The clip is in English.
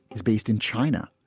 is based in china?